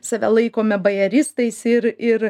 save laikome bajeristais ir ir